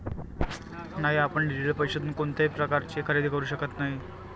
नाही, आपण डिजिटल पैशातून कोणत्याही प्रकारचे खरेदी करू शकत नाही